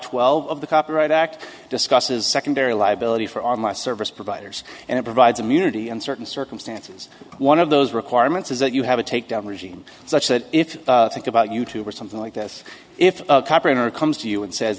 twelve of the copyright act discusses secondary liability for all my service providers and it provides immunity in certain circumstances one of those requirements is that you have a takedown regime such that if you think about you tube or something like this if comes to you and says